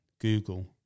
Google